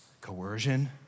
coercion